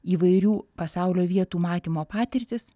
įvairių pasaulio vietų matymo patirtis